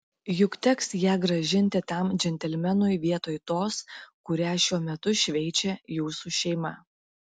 juk teks ją grąžinti tam džentelmenui vietoj tos kurią šiuo metu šveičia jūsų šeima